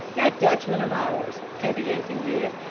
that dutchman of ours, heavy as he is,